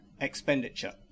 expenditure